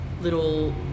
little